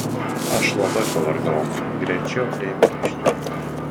aš labai pavargau greičiau eime iš čia